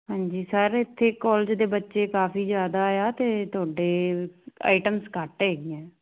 ਹਾਂਜੀ ਸਰ ਇੱਥੇ ਕਾਲਜ ਦੇ ਬੱਚੇ ਕਾਫੀ ਜਿਆਦਾ ਆ ਤੇ ਤੁਹਾਡੇ ਆਈਟਮਸ ਘੱਟ ਹੈਗੀਆਂ